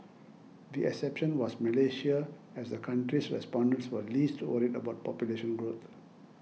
the exception was Malaysia as the country's respondents were least worried about population growth